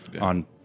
on